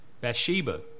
Bathsheba